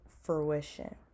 fruition